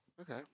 Okay